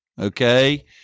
okay